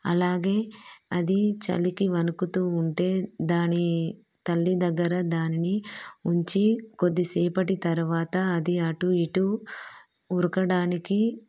అలాగే అది చలికి వణుకుతూ ఉంటే దానీ తల్లి దగ్గర దానిని ఉంచి కొద్దిసేపటి తరువాత అది అటూ ఇటూ ఉరకడానికి